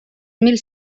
mil